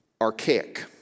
Archaic